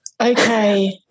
okay